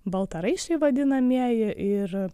baltaraiščiai vadinamieji ir